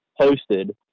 posted